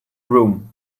room